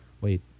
Wait